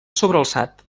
sobrealçat